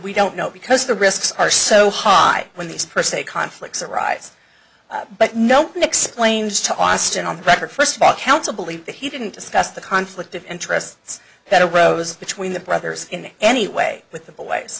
we don't know because the risks are so high when these per se conflicts arise but nope been explained to austin on the record first of all counsel believed that he didn't discuss the conflict of interests that a rose between the brothers in any way with the boys